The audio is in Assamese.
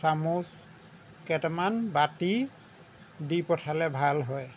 চামুচ কেইটামান বাতি দি পঠালে ভাল হয়